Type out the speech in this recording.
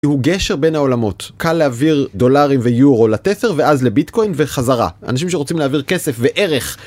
זהו גשר בין העולמות, קל להעביר דולרים ויורו לתת'ר ואז לביטקוין וחזרה. אנשים שרוצים להעביר כסף וערך...